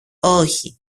όχι